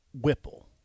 Whipple